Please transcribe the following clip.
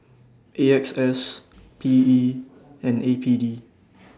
A X S P E and A P D